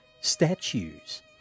statues